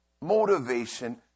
motivation